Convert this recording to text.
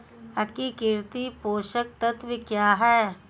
एकीकृत पोषक तत्व क्या है?